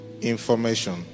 information